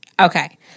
Okay